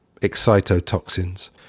excitotoxins